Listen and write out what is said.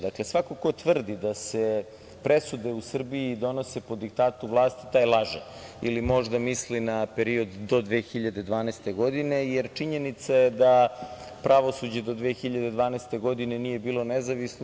Dakle, svako ko tvrdi da se presude u Srbiji donose po diktatu vlasti, taj laže ili možda misli na period do 2012. godine, jer činjenica je da pravosuđe do 2012. godine nije bilo nezavisno.